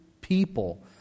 people